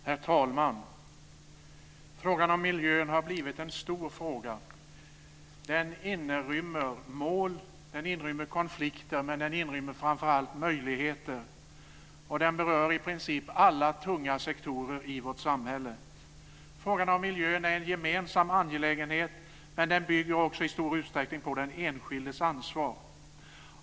Herr talman! Frågan om miljön har blivit en stor fråga. Den inrymmer mål och konflikter men framför allt möjligheter. Den berör i princip alla tunga sektorer i vårt samhälle. Frågan om miljön är en gemensam angelägenhet. Men den bygger också i stor utsträckning på den enskildes ansvar.